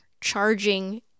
charging